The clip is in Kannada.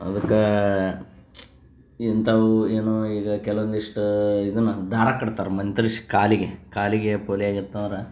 ಅದಕ್ಕೆ ಇಂಥವು ಏನು ಈಗ ಕೆಲವೊಂದಿಷ್ಟು ಇದನ್ನು ದಾರ ಕಟ್ತಾರೆ ಮಂತ್ರಿಸ್ ಕಾಲಿಗೆ ಕಾಲಿಗೆ ಪೋಲಿಯೊ ಆಗಿತ್ತಂದ್ರೆ